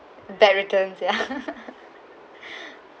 bad returns ya